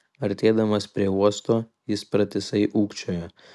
artėdamas prie uosto jis pratisai ūkčiojo